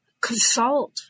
consult